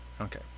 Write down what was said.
okay